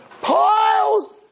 piles